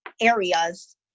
areas